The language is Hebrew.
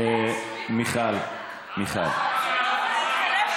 זה התחלף באמצע ההצבעה, זו לא הצעת